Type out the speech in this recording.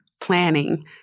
planning